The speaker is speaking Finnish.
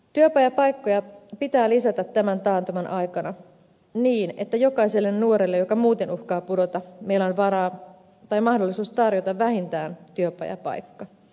työpajapaikkoja pitää lisätä tämän taantuman aikana niin että jokaiselle nuorelle joka muuten uhkaa pudota meillä on varaa tai mahdollisuus tarjota vähintään työpajapaikka